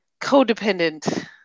codependent